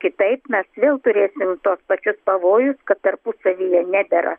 kitaip mes vėl turėsim tuos pačius pavojus kad tarpusavyje nedera